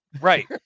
Right